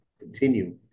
Continue